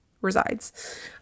resides